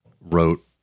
wrote